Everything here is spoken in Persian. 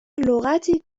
لغتی